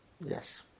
Yes